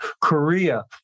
Korea